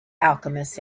alchemist